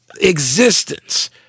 existence